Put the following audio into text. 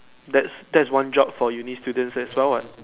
that's that's one job for Uni students as well what